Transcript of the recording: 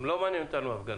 לא מעניין אותנו הפגנות.